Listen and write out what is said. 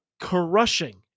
crushing